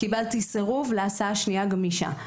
קיבלתי סירוב להסעה שנייה גמישה.